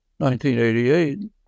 1988